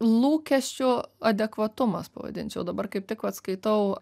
lūkesčių adekvatumas pavadinčiau dabar kaip tik vat skaitau